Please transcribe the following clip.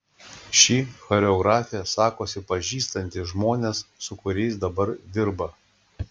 ši choreografė sakosi pažįstanti žmones su kuriais dabar dirba